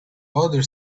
other